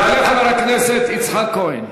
יעלה חבר הכנסת יצחק כהן,